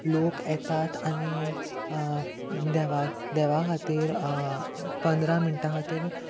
लोक येतात आनी देवा देवा खातीर पंदरा मिनटां खातीर